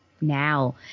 now